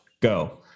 Go